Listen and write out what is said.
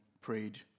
prayed